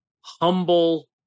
humble